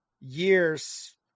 years